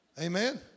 Amen